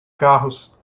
carros